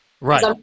Right